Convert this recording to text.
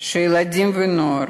שילדים ונוער,